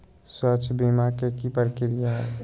स्वास्थ बीमा के की प्रक्रिया है?